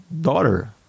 daughter